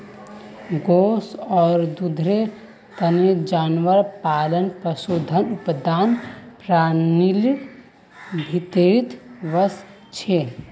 गोस आर दूधेर तने जानवर पालना पशुधन उत्पादन प्रणालीर भीतरीत वस छे